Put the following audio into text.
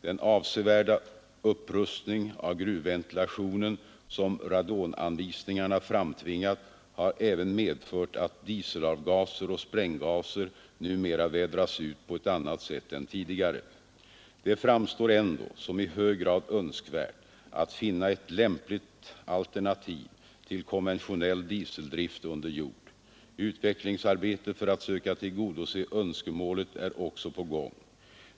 Den avsevärda upprustning av gruvventilationen som radonanvisningarna framtvingat har även medfört att dieselavgaser och spränggaser numera vädras ut på ett annat sätt än tidigare. Det framstår ändå som i hög grad önskvärt att finna ett lämpligt alternativ till konventionell dieseldrift under jord. Utvecklingsarbete för att söka tillgodose önskemålet är också på gång.